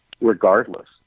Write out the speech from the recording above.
regardless